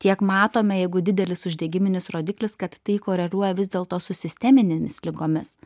tiek matome jeigu didelis uždegiminis rodiklis kad tai koreliuoja vis dėlto su sisteminėmis ligomis